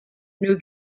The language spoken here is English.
new